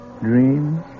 dreams